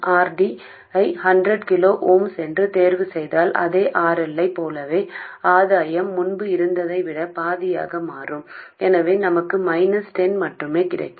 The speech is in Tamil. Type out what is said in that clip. R D ஐ 100 கிலோ ஓம்ஸ் என்று தேர்வுசெய்தால் அதே RL ஐப் போலவே ஆதாயம் முன்பு இருந்ததை விட பாதியாக மாறும் எனவே நமக்கு மைனஸ் 10 மட்டுமே கிடைக்கும்